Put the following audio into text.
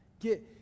Get